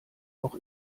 auch